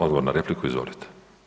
Odgovor na repliku izvolite.